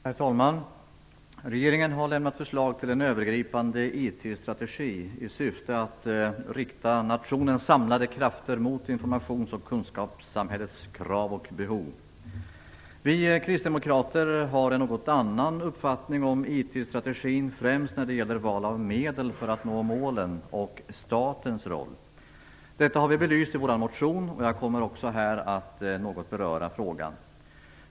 Herr talman! Regeringen har lämnat förslag till en övergripande IT-strategi i syfte att rikta nationens samlade krafter mot informations och kunskapssamhällets krav och behov. Vi kristdemokrater har en något annorlunda uppfattning om IT-strategin, främst när det gäller val av medel för att nå målen samt statens roll. Detta har vi belyst i vår motion, och jag kommer också att här något beröra dessa frågor.